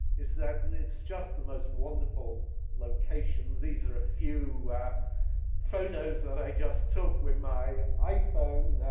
is that it's just the most wonderful location. these are a few photos that i just took with my iphone.